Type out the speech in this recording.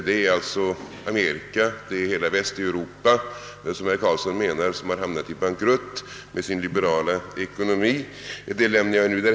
Det är alltså Amerika och hela Västeuropa som enligt herr Carlssons mening har hamnat i bankrutt genom sin liberala ekonomi. Det lämnar jag därhän.